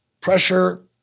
pressure